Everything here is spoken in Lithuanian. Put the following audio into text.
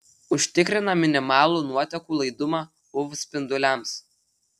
užtikrina minimalų nuotekų laidumą uv spinduliams